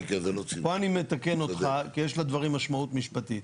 פה אני מתקן אותך כי יש לדברים משמעות משפטית.